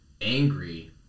angry